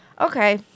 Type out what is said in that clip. okay